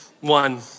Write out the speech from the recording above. One